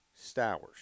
Stowers